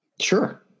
Sure